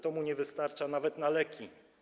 To mu nie wystarcza nawet na leki.